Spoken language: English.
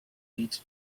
beach